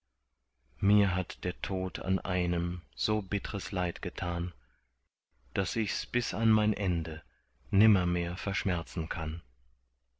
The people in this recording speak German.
mir hat der tod an einem so bittres leid getan daß ichs bis an mein ende nimmermehr verschmerzen kann